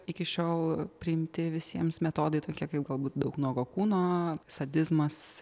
iki šiol priimti visiems metodai tokie kaip galbūt daug nuogo kūno sadizmas